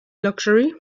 luxury